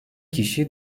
kişi